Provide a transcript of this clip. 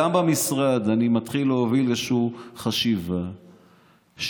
גם במשרד אני מתחיל להוביל איזושהי חשיבה שבכל